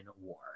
war